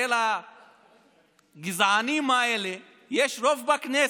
הרי לגזענים האלה יש רוב בכנסת.